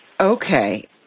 Okay